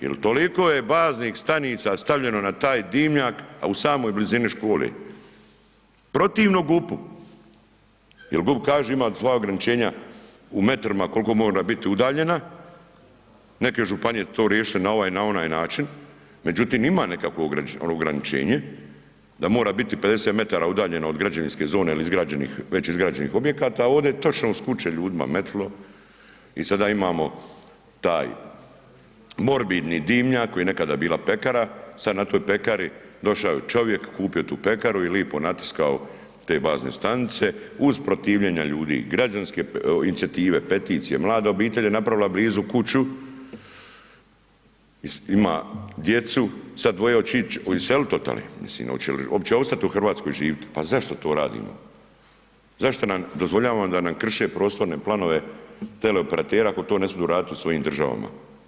Jel toliko je baznih stanica stavljeno na taj dimnjak, a u samoj blizini škole, protivno GUP-u jer GUP kaže imam svoja ograničenja u metrima koliko mora bit udaljena, neke županije to riješe na ovaj, na onaj način, međutim ima nekakvo ograničenje da mora biti 50 metara udaljeno od građevinske zone il izgrađenih, već izgrađenih objekata, ovde je točno uz kuće ljudima metilo i sada imamo taj morbidni dimnjak koji je nekada bila pekara, sad na toj pekari, došao je čovjek, kupio tu pekaru i lipo natiskao te bazne stanice uz protivljenje ljudi, građanske inicijative, peticije, mlada obitelj je napravila blizu kuću, ima djecu, sad dvoje oće ić, iselit otole, mislim oće li opće ostat u RH živit, pa zašto to radimo, zašto nam dozvoljavamo da nam krše prostorne planove tele operateri ako to ne smiju radit u svojim državama.